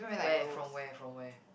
where from where from where